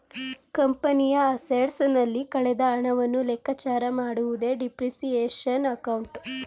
ಕಂಪನಿಯ ಅಸೆಟ್ಸ್ ನಲ್ಲಿ ಕಳೆದ ಹಣವನ್ನು ಲೆಕ್ಕಚಾರ ಮಾಡುವುದೇ ಡಿಪ್ರಿಸಿಯೇಶನ್ ಅಕೌಂಟ್